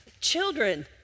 children